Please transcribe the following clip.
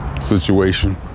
situation